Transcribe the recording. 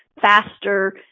faster